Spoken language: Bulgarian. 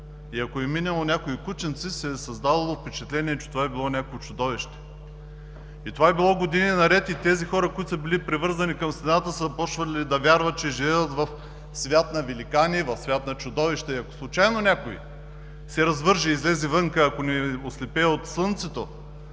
и ако е минело някое кученце, се е създавало впечатление, че това е някакво чудовище. Това е било години наред и тези хора, които са били привързани към стената, са почвали да вярват, че живеят в свят на великани, в свят на чудовища. Ако случайно някой се развърже и излезе навън, ако не ослепее от слънцето,